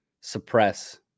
suppress